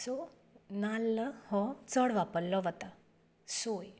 so नाल्ल हो चड वापरलो वता सोय